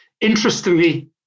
Interestingly